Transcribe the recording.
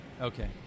Okay